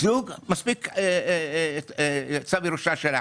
מספיק צו ירושה של האבא.